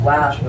Wow